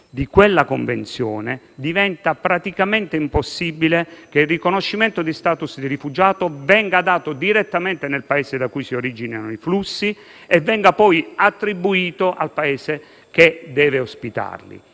nei prossimi mesi, diventa praticamente impossibile che il riconoscimento dello *status* di rifugiato venga effettuato direttamente nel Paese da cui si originano i flussi e poi attribuito al Paese che deve ospitarli.